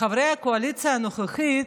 חברי הקואליציה הנוכחית,